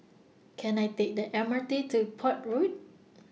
Can I Take The M R T to Port Road